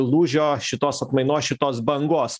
lūžio šitos atmainos šitos bangos